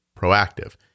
proactive